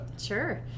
Sure